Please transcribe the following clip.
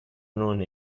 non